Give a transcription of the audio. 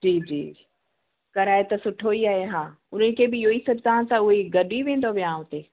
जी जी कराए त सुठो ई आहे हा उन्हनि खे बि इहो ई सभु तव्हां सां उहे ई गॾ ई वेंदव विहांव ते